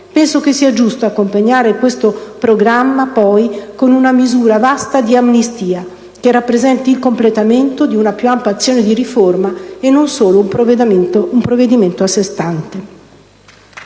Penso che sia giusto accompagnare questo programma con una misura vasta di amnistia, che rappresenti il completamento di una più ampia azione di riforma e non solo un provvedimento a se stante.